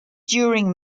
during